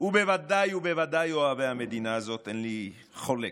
ובוודאי ובוודאי אוהבי המדינה הזאת, אין חולק,